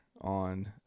on